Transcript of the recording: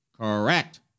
Correct